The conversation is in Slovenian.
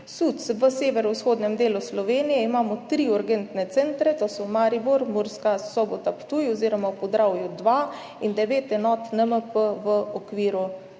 V severovzhodnem delu Slovenije imamo tri urgentne centre, to so Maribor, Murska Sobota, Ptuj oziroma v Podravju dva in devet enot NMP v okviru